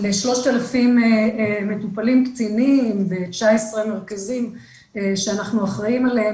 ל-3,000 מטופלים קטינים ו-19 מרכזים שאנחנו אחראים עליהם,